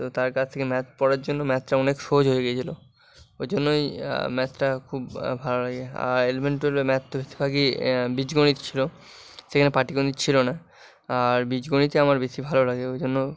তো তার কাছ থেকে ম্যাথ পড়ার জন্য ম্যাথটা অনেক সহজ হয়ে গেছিলো ওই জন্যই ম্যাথটা খুব ভালো লাগে আর ইলেভেন টুয়েলভে ম্যাথ তো থাকেই বীজগণিত ছিলো সেখানে পাটিগণিত ছিলো না আর বীজগণিতই আমার বেশি ভালো লাগে ওই জন্য